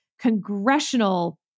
congressional